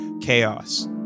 chaos